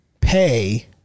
pay